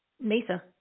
Mesa